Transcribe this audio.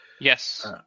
yes